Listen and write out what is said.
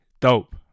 dope